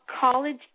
college